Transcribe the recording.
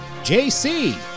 JC